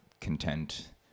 content